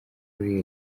uri